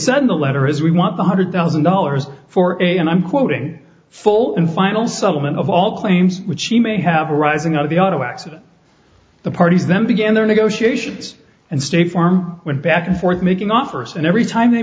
the letter is we want one hundred thousand dollars for and i'm quoting full and final settlement of all claims which she may have arising out of the auto accident the parties then began their negotiations and state farm went back and forth making offers and every time they